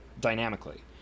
dynamically